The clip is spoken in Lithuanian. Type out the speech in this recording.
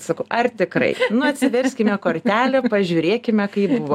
sakau ar tikrai nu atsiverskime kortelę pažiūrėkime kaip buvo